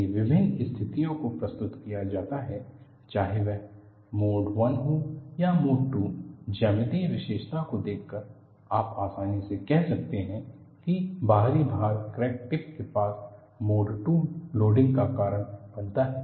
यदि विभिन्न स्थितियों को प्रस्तुत किया जाता है चाहे वह मोड 1 हो या मोड 2 ज्यामितीय विशेषता को देखकर आप आसानी से कह सकते हैं कि बाहरी भार क्रैक टिप के पास मोड 2 लोडिंग loading का कारण बनता है